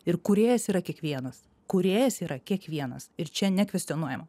ir kūrėjas yra kiekvienas kūrėjas yra kiekvienas ir čia nekvestionuojama